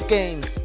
Games